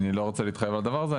אני לא רוצה להתחייב על הדבר הזה.